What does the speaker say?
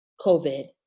COVID